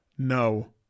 No